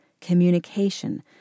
communication